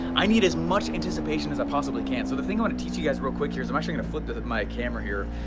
i need as much anticipation as i possibly can. so the thing i'm gonna teach you guys real quick here is, i'm actually gonna flip my camera here,